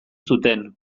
zuten